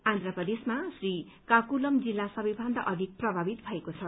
आन्ध्र प्रदेशमा श्रीकाकुलम जिल्ला सबैभन्दा अधिक प्रभावित भएको छ